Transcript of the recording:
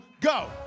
go